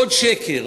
עוד שקר,